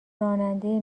راننده